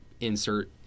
insert